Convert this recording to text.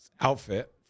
outfit